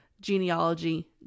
genealogy